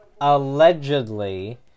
allegedly